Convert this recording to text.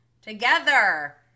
together